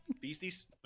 Beasties